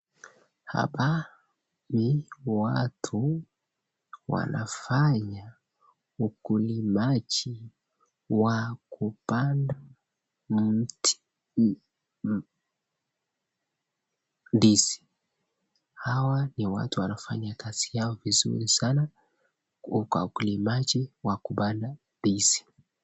Hapa ni watu wanafanya ukulimaji wa kupanda ndizi hawa ni watu ambao wanafanya kazi yao vizuri sana kwa ukulimaji wa kupanda ndizi.